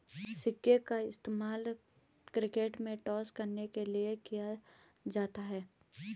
सिक्के का इस्तेमाल क्रिकेट में टॉस करने के लिए किया जाता हैं